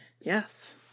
yes